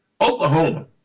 Oklahoma